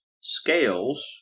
scales